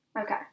Okay